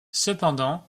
cependant